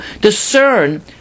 discern